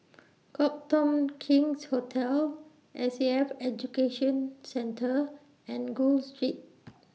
Copthorne King's Hotel S A F Education Centre and Gul Street